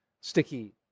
sticky